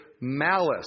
malice